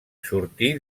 sortí